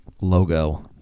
logo